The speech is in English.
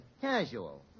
Casual